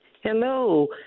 Hello